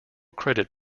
credit